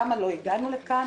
למה לא הגענו לכאן?